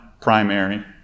primary